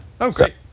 Okay